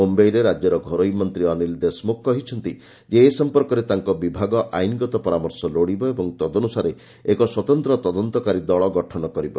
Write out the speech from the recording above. ମୁମ୍ବାଇରେ ରାଜ୍ୟର ଘରୋଇ ମନ୍ତ୍ରୀ ଅନିଲ ଦେଶମୁଖ କହିଛନ୍ତି ଯେ ଏ ସମ୍ପର୍କରେ ତାଙ୍କ ବିଭାଗ ଆଇନଗତ ପରାମର୍ଶ ଲୋଡ଼ିବ ଏବଂ ତଦନୁସାରେ ଏକ ସ୍ୱତନ୍ତ୍ର ତଦନ୍ତକାରୀ ଦଳ ଗଠନ କରିବ